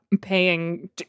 paying